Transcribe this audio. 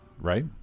right